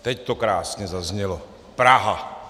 Teď to krásně zaznělo: Praha.